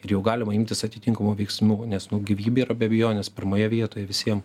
ir jau galima imtis atitinkamų veiksmų nes nu gyvybė yra be abejonės pirmoje vietoje visiem